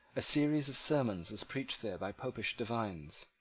a series of sermons was preached there by popish divines,